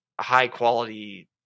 high-quality